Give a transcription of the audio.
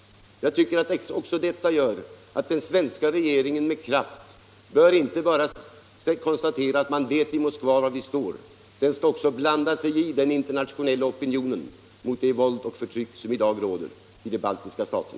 Jag tycker att också detta gör att den svenska regeringen med kraft inte bara bör konstatera att man i Moskva vet var vi står, utan att regeringen också bör ansluta sig till den internationella opinionen mot det våld och det förtryck som i dag råder i de baltiska staterna.